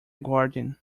guardian